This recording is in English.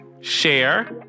Share